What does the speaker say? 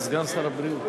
אדוני סגן שר הבריאות